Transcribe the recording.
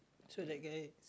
so that guy